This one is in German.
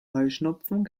heuschnupfen